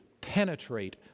Penetrate